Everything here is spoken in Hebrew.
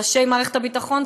ראשי מערכת הביטחון,